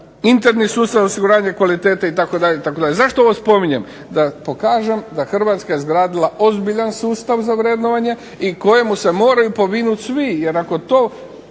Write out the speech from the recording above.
interni sustav osiguranja kvalitete itd., itd. Zašto ovo spominjem? Da pokažem da Hrvatska je izgradila ozbiljan sustav za vrednovanje i kojemu se moraju povinuti svi jer ako to